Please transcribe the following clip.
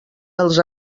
els